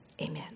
Amen